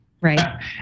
Right